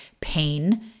pain